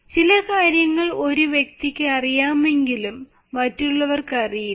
ചില കാര്യങ്ങൾ ഒരു വ്യക്തിക്ക് അറിയാമെങ്കിലും മറ്റുള്ളവർക്ക് അറിയില്ല